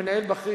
מנהל בכיר,